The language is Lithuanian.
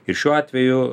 ir šiuo atveju